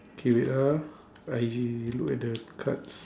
K wait ah I look at the cards